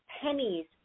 pennies